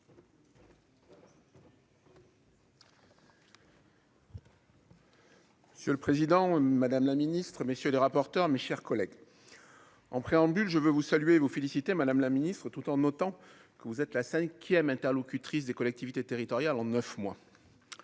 Monsieur le Président, Madame la Ministre, messieurs les rapporteurs, mes chers collègues, en préambule, je veux vous saluer vous féliciter, Madame la Ministre, tout en notant que vous êtes la 5ème interlocutrice des collectivités territoriales en 9 mois,